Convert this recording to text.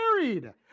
married